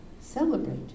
Celebrate